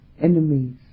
Enemies